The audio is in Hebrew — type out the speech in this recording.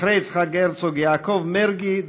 אחרי יצחק הרצוג יעקב מרגי,